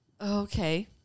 Okay